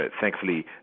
thankfully